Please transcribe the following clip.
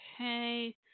Okay